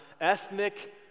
ethnic